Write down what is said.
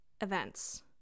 events